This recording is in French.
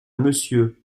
monsieur